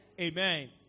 Amen